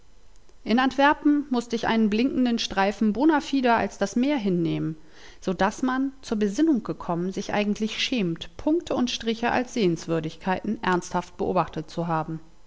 in antwerpen mußt ich einen blinkenden streifen bona fide als das meer hinnehmen so daß man zur besinnung gekommen sich eigentlich schämt punkte und striche als sehenswürdigkeiten ernsthaft beobachtet zu haben